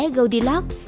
Goldilocks